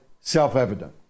self-evident